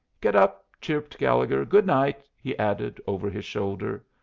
get up! chirped gallegher. good night, he added, over his shoulder.